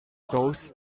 ghosts